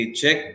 check